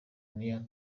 n’iya